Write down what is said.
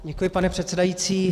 Děkuji, pane předsedající.